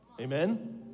Amen